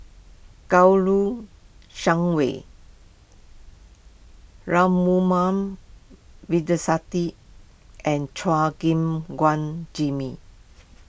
Kouo Shang Wei and Chua Gim Guan Jimmy